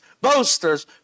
boasters